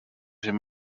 him